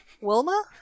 Wilma